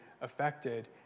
affected